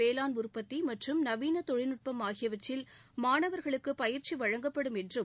வேளாண் உற்பத்தி மற்றும் நவீன தொழில்நுட்பம் ஆகியவற்றில் பருவநிலை மாற்றம் மாணவா்களுக்கு பயிற்சி வழங்கப்படும் என்றும்